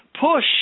Push